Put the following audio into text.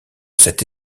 cette